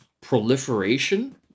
proliferation